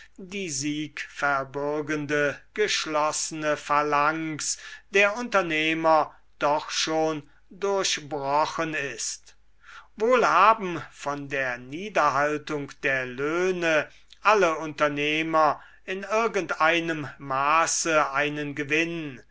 die siegverbürgende geschlossene phalanx der unternehmer doch schon durchbrochen ist wohl haben von der niederhaltung der löhne alle unternehmer in irgend einem maße einen gewinn